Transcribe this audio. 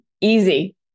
easy